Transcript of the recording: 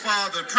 Father